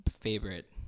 favorite